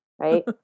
right